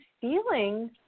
feeling